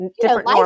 Different